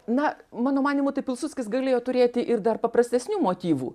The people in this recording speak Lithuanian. na mano manymu tai pilsudskis galėjo turėti ir dar paprastesnių motyvų